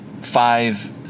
five